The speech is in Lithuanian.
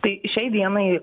tai šiai dienai